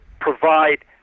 provide